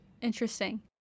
interesting